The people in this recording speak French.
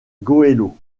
goëlo